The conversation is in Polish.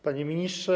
Panie Ministrze!